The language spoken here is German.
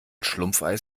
schlumpfeis